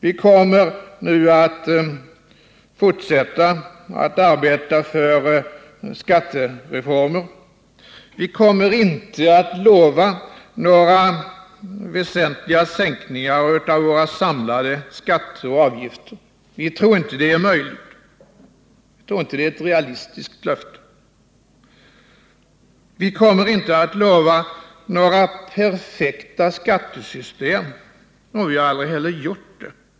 Vi kommer att fortsätta att arbeta för skattereformer. Vi kommer inte att lova några väsentliga sänkningar av våra samlade skatter och avgifter. Vi tror inte det är möjligt, inte realistiskt. Vi kommer inte att lova några perfekta skattesystem, och vi har heller aldrig gjort det.